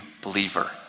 believer